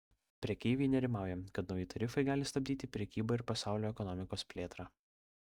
prekeiviai nerimauja kad nauji tarifai gali stabdyti prekybą ir pasaulio ekonomikos plėtrą